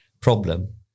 problem